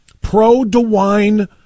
Pro-DeWine